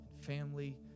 family